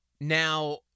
Now